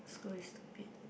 school is stupid